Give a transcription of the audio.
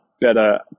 better